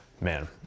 Man